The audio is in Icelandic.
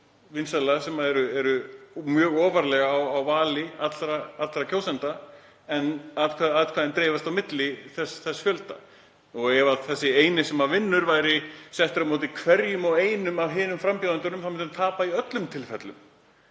vinsæla sem eru mjög ofarlega á lista allra kjósenda en atkvæðin dreifast á milli þess fjölda. Ef þessi eini sem vinnur væri settur á móti hverjum og einum af hinum frambjóðendunum myndi hann tapa í öllum tilfellum